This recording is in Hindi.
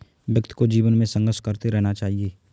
व्यक्ति को जीवन में संघर्ष करते रहना चाहिए